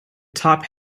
top